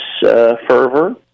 fervor